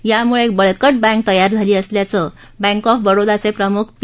यामुळ एक बळकट बँक जयार झाली असल्याचं बँक ऑफ बडोदाचप्रिमुख पी